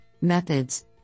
methods